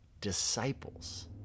disciples